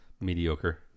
mediocre